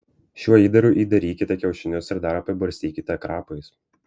šiuo įdaru įdarykite kiaušinius ir dar apibarstykite krapais